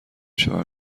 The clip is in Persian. شوم